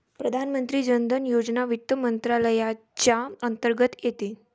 प्रधानमंत्री जन धन योजना वित्त मंत्रालयाच्या अंतर्गत येते